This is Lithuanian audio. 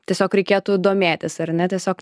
tiesiog reikėtų domėtis ar ne tiesiog